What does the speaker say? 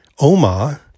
Oma